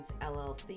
LLC